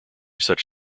such